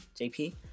JP